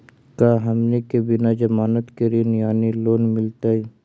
का हमनी के बिना जमानत के ऋण यानी लोन मिलतई?